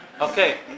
Okay